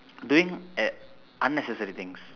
doing at unnecessary things